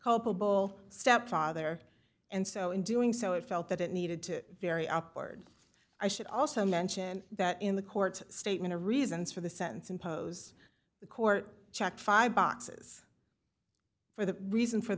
culpable stepfather and so in doing so it felt that it needed to very awkward i should also mention that in the court's statement a reasons for the sentence impose the court check five boxes for the reason for